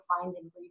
finding